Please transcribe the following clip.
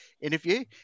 interview